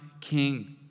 king